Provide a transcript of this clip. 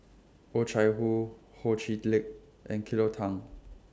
Oh Chai Hoo Ho Chee Lick and Cleo Thang